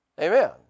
Amen